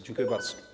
Dziękuję bardzo.